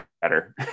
better